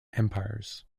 empires